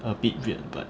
a bit weird but